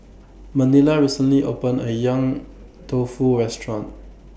Manilla recently opened A Yong Tau Foo Restaurant